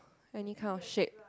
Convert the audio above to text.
any kind of shape